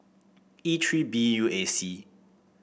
E three B U A C